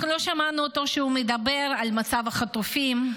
אנחנו לא שמענו אותו מדבר על מצב החטופים.